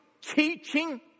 teaching